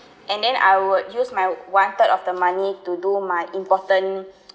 and then I would use my one third of the money to do my important